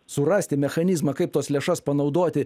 surasti mechanizmą kaip tos lėšas panaudoti